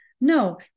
No